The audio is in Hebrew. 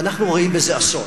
ואנחנו רואים בזה אסון.